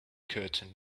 curtain